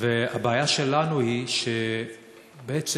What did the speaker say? והבעיה שלנו היא שבעצם,